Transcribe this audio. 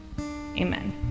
Amen